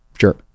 Sure